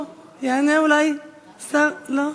לא, יענה אולי השר, לא?